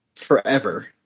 forever